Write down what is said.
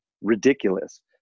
ridiculous